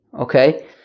okay